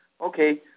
Okay